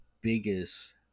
biggest